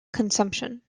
consumption